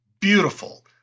beautiful